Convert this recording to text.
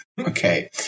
Okay